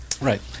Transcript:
Right